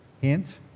Hint